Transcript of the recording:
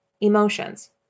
emotions